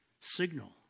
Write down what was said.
signal